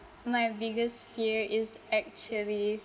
my biggest fear is actually